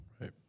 Right